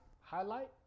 highlight